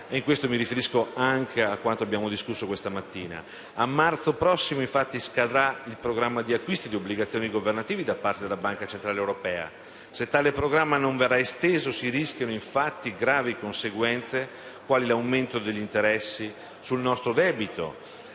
e mi riferisco anche a quanto discusso questa mattina. A marzo prossimo scadrà il programma di acquisti di obbligazioni governative da parte della Banca Centrale Europea. Se tale programma non verrà esteso si rischiano gravi conseguenze, quali l'aumento degli interessi sul nostro debito